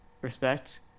respect